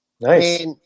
Nice